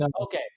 Okay